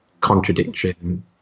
contradiction